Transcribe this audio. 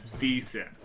decent